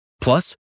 Plus